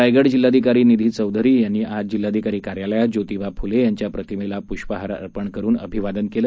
रायगड जिल्हाधिकारी निधी चौधरी यांनी आज जिल्हाधिकारी कार्यालयात ज्योतिबा फुले यांच्या प्रतिमेला पुष्पहार अर्पण करून अभिवादन केलं